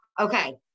Okay